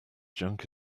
junk